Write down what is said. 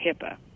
HIPAA